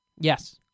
Yes